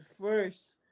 first